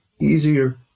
easier